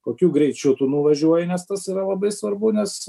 kokiu greičiu tu nuvažiuoji nes tas yra labai svarbu nes